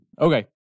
Okay